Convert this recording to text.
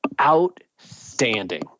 outstanding